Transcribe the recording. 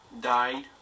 died